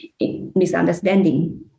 misunderstanding